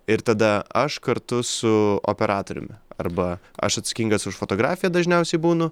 ir tada aš kartu su operatoriumi arbai aš atsakingas už fotografiją dažniausiai būnu